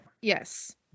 Yes